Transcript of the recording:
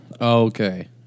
Okay